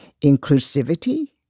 Inclusivity